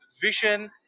vision